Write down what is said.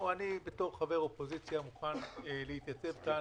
אני בתור חבר אופוזיציה מוכן להתייצב כאן